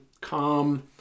calm